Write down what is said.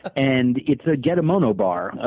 and it's a getemono bar.